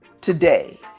today